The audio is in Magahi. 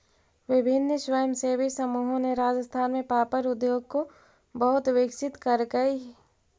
विभिन्न स्वयंसेवी समूहों ने राजस्थान में पापड़ उद्योग को बहुत विकसित करकई